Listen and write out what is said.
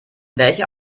welcher